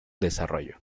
desarrollo